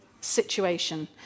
situation